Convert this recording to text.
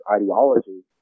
ideology